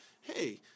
hey